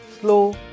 Slow